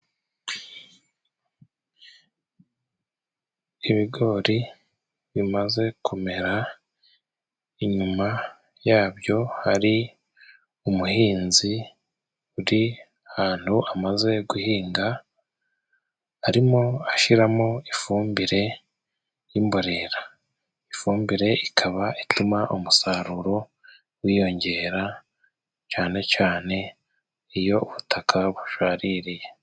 Ibigori bimaze kumera, inyuma yabyo hari umuhinzi uri ahantu amaze guhinga arimo ashyiramo ifumbire y'imborera. Ifumbire ikaba ituma umusaruro wiyongera, cyane cyane iyo ubutaka bushaririye.